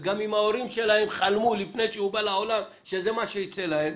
וגם אם ההורים שלהם חלמו לפני שהוא בא לעולם שזה מה שייצא להם.